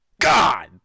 god